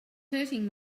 hurting